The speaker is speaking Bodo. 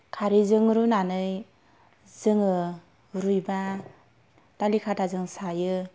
खारैजों रुनानै जोङो रुयोबा दालि खाथाजों सायो